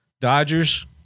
Dodgers